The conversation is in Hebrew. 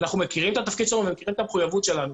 אנחנו מכירים את התפקיד שלנו ומכירים את המחויבות שלנו,